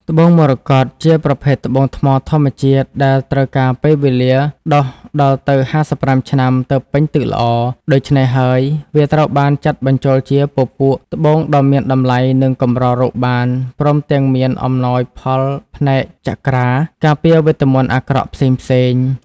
ត្បូងមរកត ជាប្រភេទត្បូងថ្មធម្មជាតិដែលត្រូវការពេលវេលា ដុះដល់ទៅ ៥៥ ឆ្នាំ ទើបពេញទឹកល្អ ដូច្នេះហើយ វាត្រូវបានចាត់បញ្ចូលជា ពពួកត្បូងដ៏មានតម្លៃនិងកម្ររកបាន ព្រមទំាងមានអំណោយផលផ្នែកចក្រា ការពារវេទមន្តអាក្រក់ផ្សេងៗ។